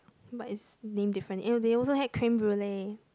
but is named differently eh they also had creme brulee